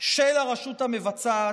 של הרשות המבצעת,